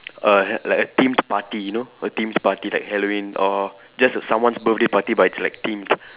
err like a themed party you know a themed party like Halloween or just someone's birthday party but it's like themed